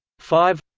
five